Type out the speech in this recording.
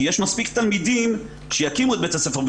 יש מספיק תלמידים שיקימו את בית הספר.